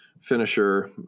finisher